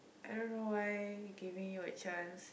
I don't know why giving you a chance